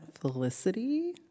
Felicity